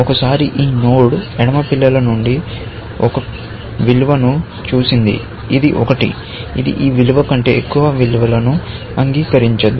ఒకసారి ఈ నోడ్ ఎడమ పిల్లల నుండి ఒక విలువను చూసింది ఇది 1 ఇది ఈ విలువ కంటే ఎక్కువ విలువలను అంగీకరించదు